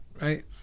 Right